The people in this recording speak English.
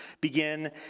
begin